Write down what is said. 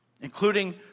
including